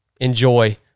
enjoy